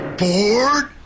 bored